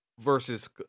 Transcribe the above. versus